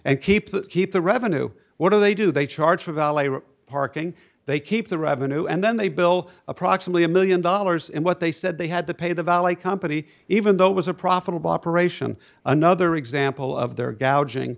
and keep the keep the revenue what do they do they charge for valet parking they keep the revenue and then they bill approximately a one million dollars in what they said they had to pay the valet company even though it was a profitable operation another example of their